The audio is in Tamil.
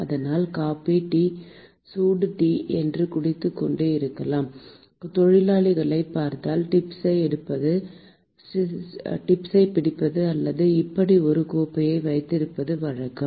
அதனால் காபி டீ சூடு டீ என்று குடித்துக்கொண்டே இருக்கும் தொழிலாளிகளைப் பார்த்தால் டிப்ஸைப் பிடிப்பது அல்லது இப்படி ஒரு கோப்பையை வைத்திருப்பது வழக்கம்